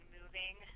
moving